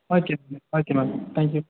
okay ma'am okay ma'am thank you